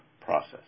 process